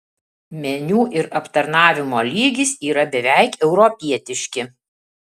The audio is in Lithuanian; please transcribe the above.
meniu ir aptarnavimo lygis yra beveik europietiški